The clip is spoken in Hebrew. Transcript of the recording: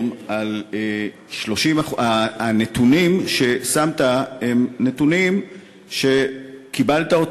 להסביר: הנתונים שהצגת הם נתונים שקיבלת,